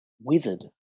withered